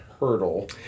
Hurdle